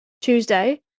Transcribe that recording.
tuesday